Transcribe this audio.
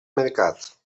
mercat